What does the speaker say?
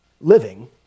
living